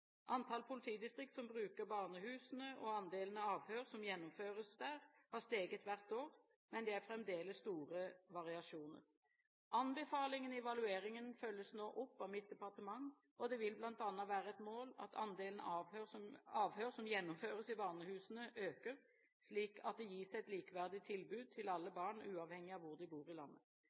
Antall politidistrikt som bruker barnehusene, og andelen avhør som gjennomføres der, har steget hvert år, men det er fremdeles store variasjoner. Anbefalingene i evalueringen følges nå opp av mitt departement, og det vil bl.a. være et mål at andelen avhør som gjennomføres i barnehusene, øker, slik at det gis et likeverdig tilbud til alle barn, uavhengig hvor de bor i landet.